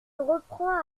reprends